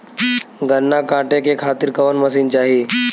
गन्ना कांटेके खातीर कवन मशीन चाही?